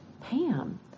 Pam